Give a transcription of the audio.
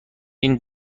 این